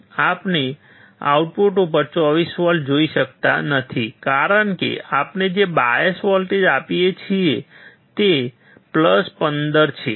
આપણે આઉટપુટ ઉપર 24V જોઈ શકતા નથી કારણ કે આપણે જે બાયસ વોલ્ટેજ આપીએ છીએ તે 15 છે